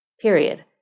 Period